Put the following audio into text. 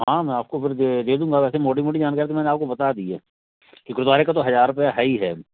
हाँ मैं आपको फिर दे दे दूँगा वैसे मोटी मोटी जानकारी तो मैंने आपको बता दी है कि गुरुद्वारे का तो हज़ार रुपये है ही है